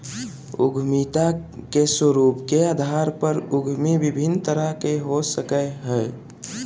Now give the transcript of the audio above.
उद्यमिता के स्वरूप के अधार पर उद्यमी विभिन्न तरह के हो सकय हइ